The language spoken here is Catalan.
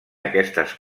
aquestes